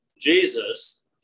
Jesus